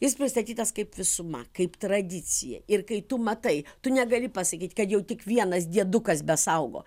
jis pristatytas kaip visuma kaip tradicija ir kai tu matai tu negali pasakyti kad jau tik vienas diedukas besaugo